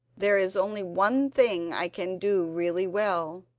there is only one thing i can do really well,